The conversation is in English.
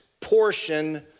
portion